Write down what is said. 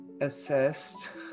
assessed